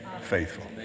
faithful